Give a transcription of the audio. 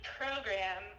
program